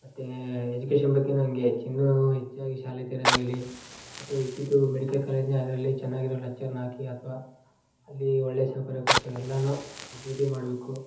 ಮತ್ತು ಎಜುಕೇಶನ್ ಬಗ್ಗೆಯೂ ಹಂಗೆ ಹೆಚ್ ಇನ್ನೂ ಹೆಚ್ಚಿನಾಗಿ ಶಾಲೆ ತೆರೆಯೋದಾಗಲಿ ಅಥವಾ ಇದ್ದಿದ್ದ ಮೆಡಿಕಲ್ ಕಾಲೇಜ್ನೇ ಅದರಲ್ಲಿ ಚೆನ್ನಾಗಿರೋ ಲೆಚ್ಚರ್ನಾಕಿ ಅಥವಾ ಅಲ್ಲಿ ಒಳ್ಳೆಯ ಸೌಕರ್ಯ ಕೊಟ್ಟು ಎಲ್ಲಾ ಅಭಿವೃದ್ಧಿ ಮಾಡಬೇಕು